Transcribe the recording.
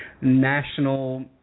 national